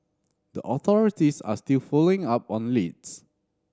the authorities are still following up on leads